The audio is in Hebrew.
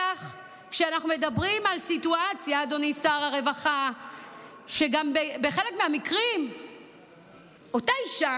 בטח כשאנחנו מדברים על סיטואציה שבה גם בחלק מהמקרים אותה אישה